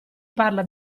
parla